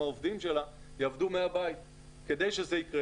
מהעובדים שלה יעבדו מהבית אבל כדי שזה יקרה,